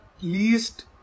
least